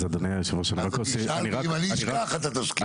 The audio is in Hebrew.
אם אני אשכח אתה תזכיר לי.